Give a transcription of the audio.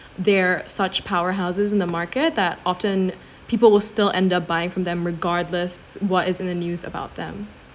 they're such powerhouses in the market that often people will still end up buying from them regardless what is in the news about them